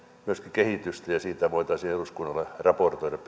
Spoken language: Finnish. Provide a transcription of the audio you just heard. kehitystä ja siitä voitaisiin eduskunnalle raportoida